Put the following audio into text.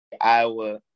Iowa